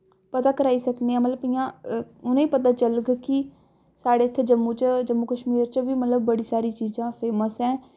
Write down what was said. पता कराई सकने आं मतलब कि'यां उ'नें गी पता चलग कि साढ़े इत्थै जम्मू च जम्मू कश्मीर च बी मतलब बड़ी सारी चीजां फेमस ऐं